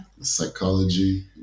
Psychology